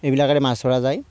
এইবিলাকেৰে মাছ ধৰা যায়